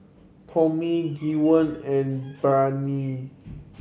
Tommie Gwen and Brianne